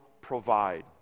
provide